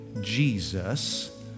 Jesus